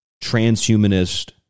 transhumanist